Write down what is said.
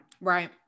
Right